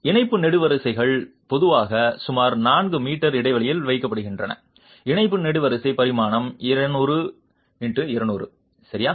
இணைப்பு நெடுவரிசைகள் பொதுவாக சுமார் 4 மீ இடைவெளியில் வைக்கப்படுகின்றன இணைப்பு நெடுவரிசை பரிமாணம் 200 x 200 சரியா